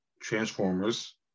Transformers